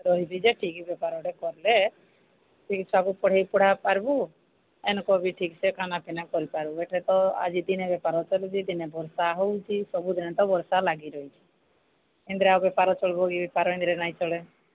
ରହିବି ଯେ ଠିକ ବେପାର ଗୋଟେ କଲେ ଚିକିତ୍ସାକୁ ପଢ଼େଇ ପଢ଼ା ପାର୍ବୁ ଏନୁକ ବି ଠିକ୍ ସେ ଖାନା ପିନା କରିପାରିବୁ ଏଠେ ତ ଆଜି ଦିନେ ବେପାର ଚଲୁଛି ଦିନେ ବର୍ଷା ହେଉଛି ସବୁଦିନ ତ ବର୍ଷା ଲାଗି ରହିଛି ଇନ୍ଦିରା ଆଉ ବେପାର ଚଳିବ କି ବେପାର ହିଇନ୍ଦିରେ ନାଇଁ ଚଳେ